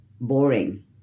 boring